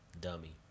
Dummy